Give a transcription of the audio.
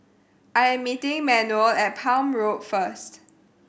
I am meeting Manuel at Palm Road first